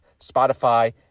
Spotify